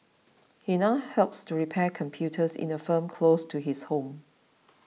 he now helps to repair computers in a firm close to his home